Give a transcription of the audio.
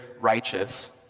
righteous